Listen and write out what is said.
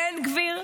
בן גביר,